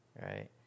right